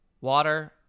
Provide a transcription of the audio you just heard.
Water